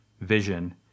vision